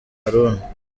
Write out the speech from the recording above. haruna